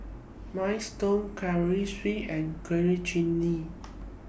Minestrone Currywurst and Coriander Chutney